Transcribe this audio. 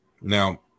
Now